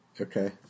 Okay